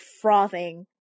frothing